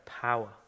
power